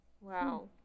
Wow